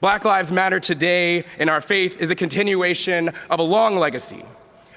black lives matter today in our faith is a continuation of a long legacy